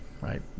right